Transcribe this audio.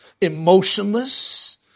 emotionless